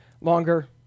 longer